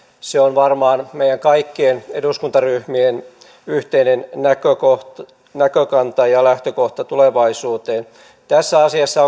se on varmaan meidän kaikkien eduskuntaryhmien yhteinen näkökanta ja lähtökohta tulevaisuuteen tässä asiassa